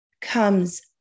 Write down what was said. comes